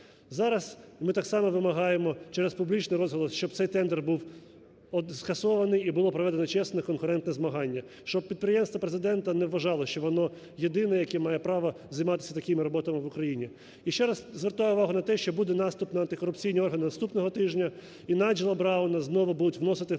Зараз ми так само вимагаємо через публічний розголос, щоб цей тендер був скасований і було проведено чесне конкурентне змагання, щоб підприємство Президента не вважало, що воно єдине, яке має право займатися такими роботами в Україні. Ще раз звертаю увагу на те, що буде наступ на антикорупційні органи наступного тижня і Найджела Брауна знову будуть вносити в